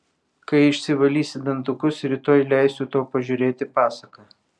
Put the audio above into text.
kai išsivalysi dantukus rytoj leisiu tau pažiūrėti pasaką